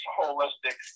holistic